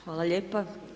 Hvala lijepa.